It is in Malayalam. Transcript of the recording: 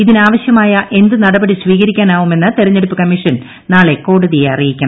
ഇതിനാവശ്യമായ എന്ത് നടപടി സ്വീകരിക്കാനാവുമെന്ന് തിരഞ്ഞെടുപ്പ് കമ്മീഷൻ നാളെ കോടതിയെ അറിയിക്കണം